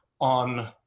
on